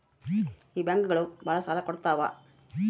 ಈ ಬ್ಯಾಂಕುಗಳು ಭಾಳ ಸಾಲ ಕೊಡ್ತಾವ